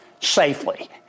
safely